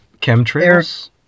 Chemtrails